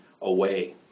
away